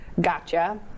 gotcha